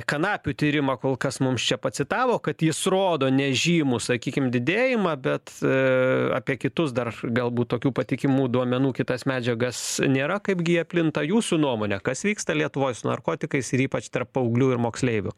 kanapių tyrimą kol kas mums čia pacitavo kad jis rodo nežymų sakykim didėjimą bet apie kitus dar galbūt tokių patikimų duomenų kitas medžiagas nėra kaipgi jie plinta jūsų nuomone kas vyksta lietuvoj su narkotikais ir ypač tarp paauglių ir moksleivių